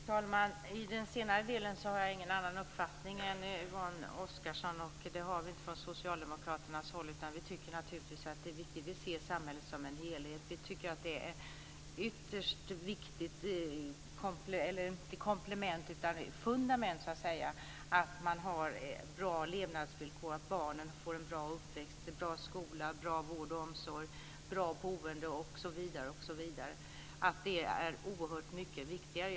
Fru talman! I den senare delen har jag ingen annan uppfattning än Yvonne Oscarsson, och det har vi inte från Socialdemokraternas håll heller, utan vi tycker naturligtvis att detta är viktigt. Vi ser samhället som en helhet. Vi tycker att det är ytterst viktigt och ett fundament att man har bra levnadsvillkor och att barnen får en bra uppväxt med bra skola, bra vård och omsorg, bra boende osv. Det är oerhört mycket viktigare.